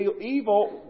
evil